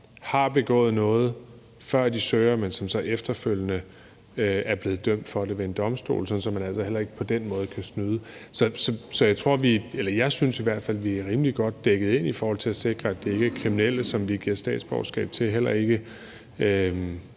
har begået noget, før de søger, men som så efterfølgende er blevet dømt for det ved en domstol, sådan så man altså heller ikke på den måde kan snyde. Så jeg synes i hvert fald, vi er rimelig godt dækket ind i forhold til at sikre, at det ikke er kriminelle, som vi giver statsborgerskab til, og heller ikke